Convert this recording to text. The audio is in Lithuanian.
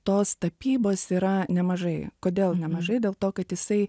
tos tapybos yra nemažai kodėl nemažai dėl to kad jisai